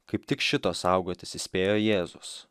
kaip tik šito saugotis įspėjo jėzus